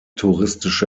touristische